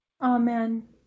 Amen